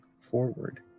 forward